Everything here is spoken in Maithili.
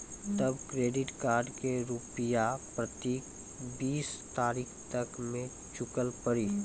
तब क्रेडिट कार्ड के रूपिया प्रतीक बीस तारीख तक मे चुकल पड़ी?